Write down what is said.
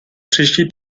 příští